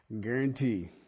Guarantee